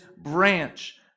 branch